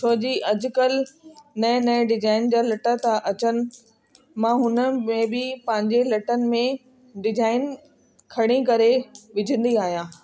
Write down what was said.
छोजी अॼुकल्ह नए नए डिजाइन जा लटा त अचनि मां हुन में बि पंहिंजे लटनि में डिजाइन खणी करे विझंदी आहियां